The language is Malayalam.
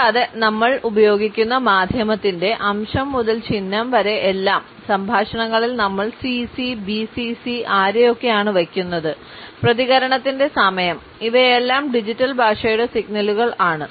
കൂടാതെ നമ്മൾ ഉപയോഗിക്കുന്ന മാധ്യമത്തിന്റെ അംശം മുതൽ ചിഹ്നനം വരെ എല്ലാം സംഭാഷണങ്ങളിൽ നമ്മൾ സിസി ആരെയൊക്കെ ആണ് വയ്ക്കുന്നത് പ്രതികരണത്തിന്റെ സമയം ഇവയെല്ലാം ഡിജിറ്റൽ ഭാഷയുടെ സിഗ്നലുകൾ ആണ്